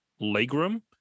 legroom